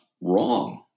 wrong